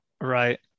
right